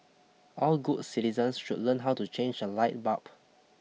all good citizens should learn how to change a light bulb